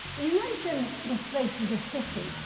you mention this place was a city.